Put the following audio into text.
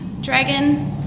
dragon